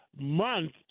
Month